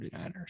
49ers